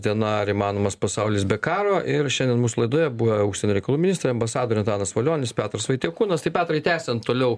diena ar įmanomas pasaulis be karo ir šiandien mūsų laidoje buvę užsienio reikalų ministrai ambasadoriai antanas valionis petras vaitiekūnas tai petrai tęsiant toliau